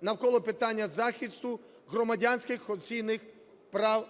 навколо питання захисту громадянських конституційних прав